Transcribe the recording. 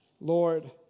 Lord